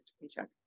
paycheck